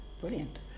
brilliant